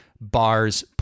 Bars